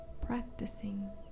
practicing